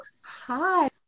Hi